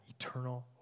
eternal